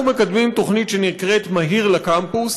אנחנו מקדמים תוכנית שנקראת "מהיר לקמפוס"